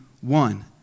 one